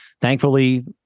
thankfully